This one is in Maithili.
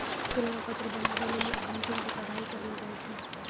तुलना पत्र बनाबै लेली अकाउंटिंग के पढ़ाई करलो जाय छै